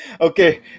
Okay